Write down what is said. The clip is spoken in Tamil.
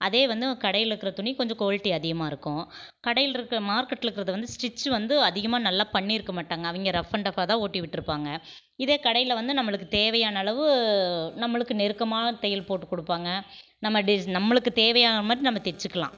அதே வந்து கடையில் இருக்கிற துணி கொஞ்சம் குவால்ட்டி அதிகமாகருக்கும் கடையில் இருக்க மார்க்கெட்டில் இருக்கிறது வந்து ஸ்டிச் வந்து அதிகமாக நல்லா பண்ணிருக்க மாட்டாங்க அவங்க ரஃப் அண்ட் டஃப்பாக தான் ஓட்டி விட்டுருப்பாங்க இதே கடையில் வந்து நம்மளுக்கு தேவையான அளவு நம்மளுக்கு நெருக்கமான தையல் போட்டு கொடுப்பாங்க நம்ம டிஸ் நம்மளுக்கு தேவையான மாதிரி நம்ம தெச்சுக்கிலாம்